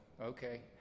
okay